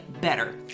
better